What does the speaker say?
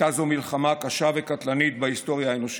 הייתה זו מלחמה קשה וקטלנית בהיסטוריה האנושית.